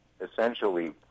essentially